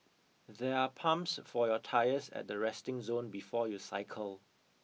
there are pumps for your tyres at the resting zone before you cycle